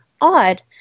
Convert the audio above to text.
odd